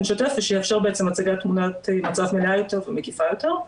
שוטף ושיאפשר בעצם הצגת תמונת מצב מלאה ומקיפה יותר.